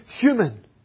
human